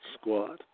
squat